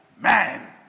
man